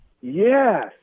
Yes